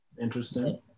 Interesting